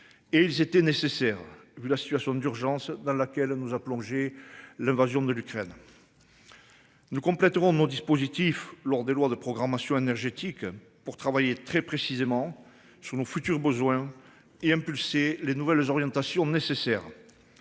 et ils étaient nécessaires. Vu la situation d'urgence dans laquelle nous a plongé l'invasion de l'Ukraine. Ne compléteront de nos dispositifs lors des lois de programmation énergétique pour travailler très précisément selon futurs besoins et impulser les nouvelles orientations nécessaires.